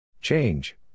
Change